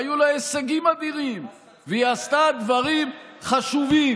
שהיו לה הישגים אדירים והיא עשתה דברים חשובים?